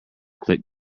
click